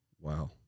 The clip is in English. Wow